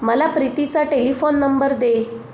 मला प्रीतीचा telephone number दे